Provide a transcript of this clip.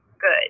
good